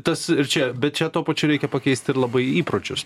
tas ir čia bet čia tuo pačiu reikia pakeist ir labai įpročius